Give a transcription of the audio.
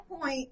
point